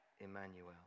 Emmanuel